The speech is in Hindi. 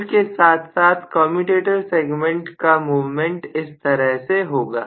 कॉइल के साथ साथ कमयुटेटर सेगमेंट का मूवमेंट इस तरह से होगा